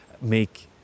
make